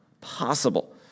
possible